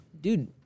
dude